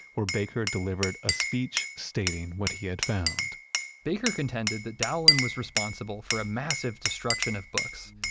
where baker delivered a speech stating what he had found baker contended that dowlin was responsible for a massive destruction of books,